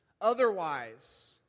Otherwise